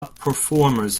performers